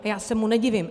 A já se mu nedivím.